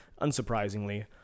unsurprisingly